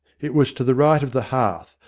it was to the right of the hearth,